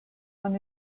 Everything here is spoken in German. man